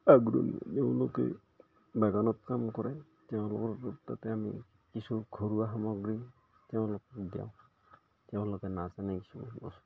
আগৰণুৱা তেওঁলোকে বাগানত কাম কৰে তেওঁলোকৰ তাতে আমি কিছু ঘৰুৱা সামগ্ৰী তেওঁলোকক দিওঁ তেওঁলোকে নাজানে কিছুমান বস্তু